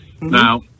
now